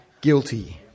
guilty